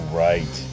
right